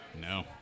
no